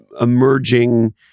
emerging